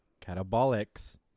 catabolics